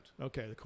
Okay